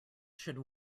should